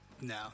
No